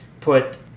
put